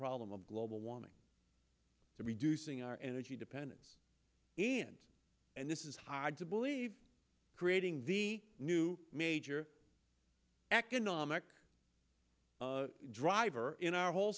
problem of global warming reducing our energy dependence and this is hard to believe creating the new major economic driver in our whole